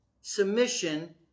submission